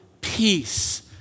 peace